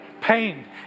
pain